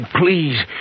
please